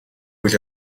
үйл